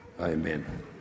Amen